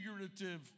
figurative